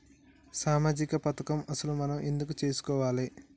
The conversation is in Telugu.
సామాజిక పథకం అసలు మనం ఎందుకు చేస్కోవాలే?